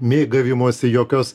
mėgavimosi jokios